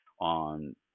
on